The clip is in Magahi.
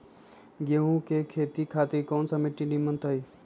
गेंहू की खेती खातिर कौन मिट्टी निमन हो ताई?